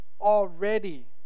already